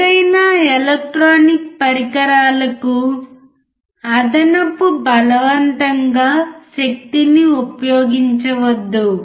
ఏదైనా ఎలక్ట్రానిక్ పరికరాలకు అదనపు బలవంతంగా శక్తిని ఉపయోగించవద్దు